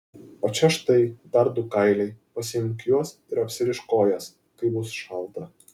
o čia štai dar du kailiai pasiimk juos ir apsirišk kojas kai bus šalta